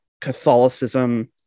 Catholicism